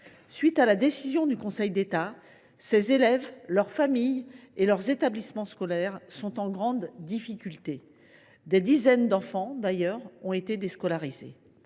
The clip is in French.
suite de la décision du Conseil d’État, ces élèves, leurs familles et leurs établissements scolaires sont en grande difficulté. Des dizaines d’enfants, d’ailleurs, ont été déscolarisés.